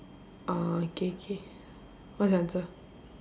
orh k k what's your answer